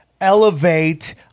elevate